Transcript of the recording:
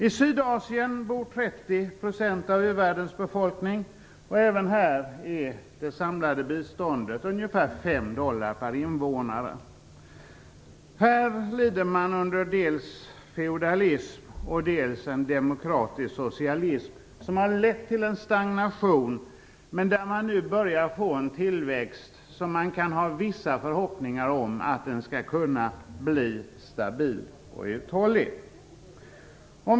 I Sydasien bor 30 % av u-världens befolkning. Även här är det samlade biståndet ungefär 5 dollar per invånare. Här lider man under dels feodalism, dels en demokratisk socialism, som har lett till en stagnation. Men man börjar nu få en tillväxt som vi kan ha vissa förhoppningar om skall bli stabil och uthållig.